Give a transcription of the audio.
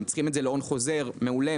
אם צריכים את זה להון חוזר מעולה,